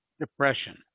depression